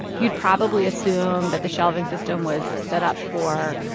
you'd probably assume that the shelving system was set up for,